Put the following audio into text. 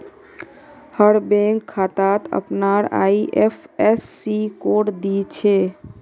हर bank खातात अपनार IFSC code दि छे